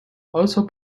also